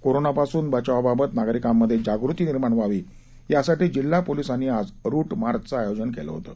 कोरोनापासून बचावाबाबत नागरिकांमध्ये जागृती निर्माण व्हावी यासाठी जिल्हा पोलिसांनी आज रूटमार्च आयोजित केलं होतं